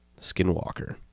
Skinwalker